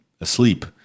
asleep